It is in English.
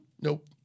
Nope